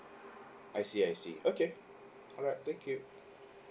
I see I see okay alright thank you